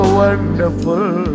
wonderful